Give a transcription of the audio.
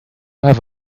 have